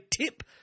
tip